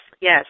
yes